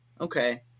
okay